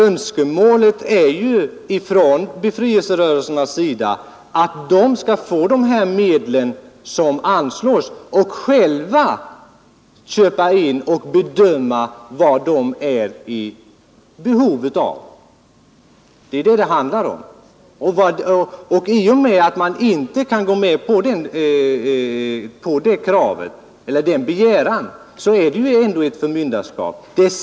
Önskemålet från befrielserörelserna är ju att de skall få de medel som anslås och själva bedöma vad de är i behov av och köpa in det. Det är detta det handlar om. I och med att man inte kan gå med på denna begäran, är det ju ändå fråga om ett förmyndarskap.